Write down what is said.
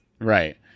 Right